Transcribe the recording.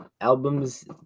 albums